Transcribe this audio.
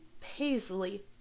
Paisley